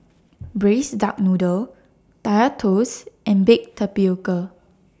Braised Duck Noodle Kaya Toast and Baked Tapioca